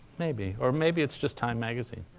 maybe. or maybe it's just time magazine